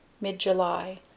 mid-July